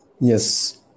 Yes